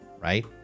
right